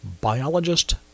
Biologist